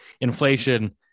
inflation